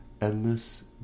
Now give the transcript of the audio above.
Endless